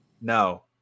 No